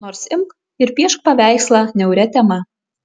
nors imk ir piešk paveikslą niauria tema